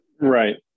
Right